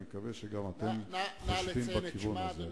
אני מקווה שגם אתם חושבים בכיוון הזה.